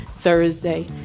Thursday